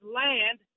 land